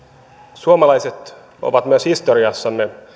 suomalaiset olemme myös historiassamme